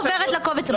עוברת לקובץ הבא.